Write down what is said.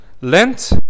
Lent